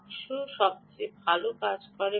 বাক্স সবচেয়ে ভাল কাজ করে